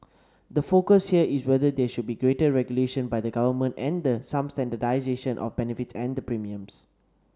the focus here is whether there should be greater regulation by the government and the some standardisation of benefits and the premiums